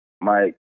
Mike